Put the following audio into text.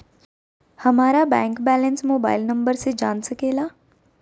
हमारा bank balance mobile number से जान सके ला?